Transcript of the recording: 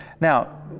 Now